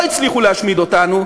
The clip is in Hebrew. להשמיד אותנו,